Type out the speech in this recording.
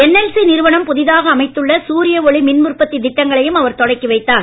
NLC நிறுவனம் புதிதாக அமைத்துள்ள சூரிய ஒளி மின் உற்பத்தி திட்டங்களையும் அவர் தொடங்கி வைத்தார்